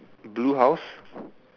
blue house